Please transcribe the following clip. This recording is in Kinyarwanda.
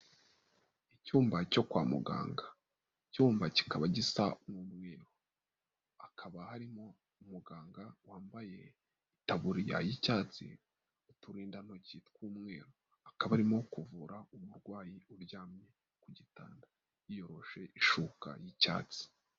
Icyumba cyo kwa muganga, icyumba kikaba gisa n'umweru hakaba harimo umuganga wambaye itaburiya y'icyatsi n'uturindantoki tw'umweru, akaba arimo kuvura umurwayi uryamye ku gitanda yiyogoshe ishuka y'icyatsi.